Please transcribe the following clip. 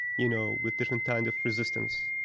you know, with different kind of resistance,